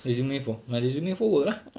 resume for my resume for work lah